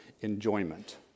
enjoyment